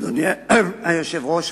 אדוני היושב-ראש,